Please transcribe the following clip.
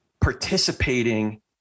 participating